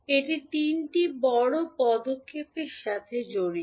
এটি তিনটি বড় পদক্ষেপের সাথে জড়িত